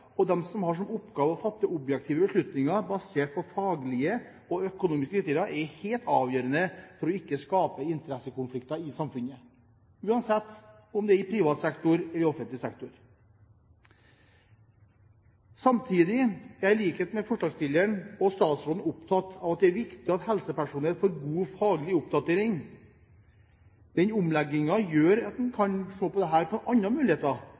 og de som har som oppgave å fatte objektive beslutninger basert på faglige og økonomiske kriterier, er helt avgjørende for ikke å skape interessekonflikter i samfunnet – uansett om det er i privat eller offentlig sektor. Samtidig er jeg, i likhet med forslagsstilleren og statsråden, opptatt av at det er viktig at helsepersonell får god faglig oppdatering. Omleggingen gjør at man kan se på dette som andre muligheter,